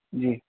جی